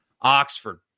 Oxford